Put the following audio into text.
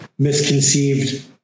Misconceived